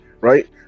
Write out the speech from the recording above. right